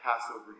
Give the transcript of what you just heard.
Passover